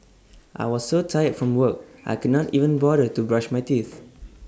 I was so tired from work I could not even bother to brush my teeth